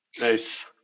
Nice